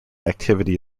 activity